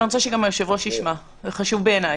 אבל אני רוצה שגם היושב-ראש ישמע, זה חשוב בעיניי.